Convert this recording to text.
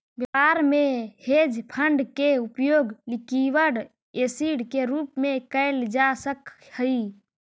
व्यापार में hedge fund के उपयोग लिक्विड एसिड के रूप में कैल जा सक हई